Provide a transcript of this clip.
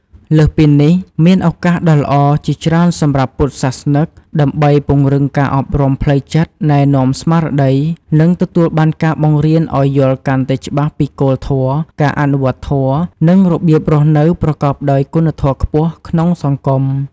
លើសពីនេះ មានឱកាសដ៏ល្អជាច្រើនសម្រាប់ពុទ្ធសាសនិក ដើម្បីពង្រឹងការអប់រំផ្លូវចិត្ត ណែនាំស្មារតី និងទទួលបានការបង្រៀនឱ្យយល់កាន់តែច្បាស់ពីគោលធម៌ ការអនុវត្តធម៌ និងរបៀបរស់នៅប្រកបដោយគុណធម៌ខ្ពស់ក្នុងសង្គម។"